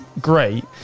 great